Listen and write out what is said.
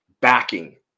backing